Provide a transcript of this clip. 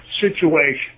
situation